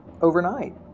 overnight